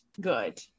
good